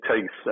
takes